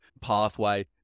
pathway